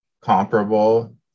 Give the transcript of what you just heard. comparable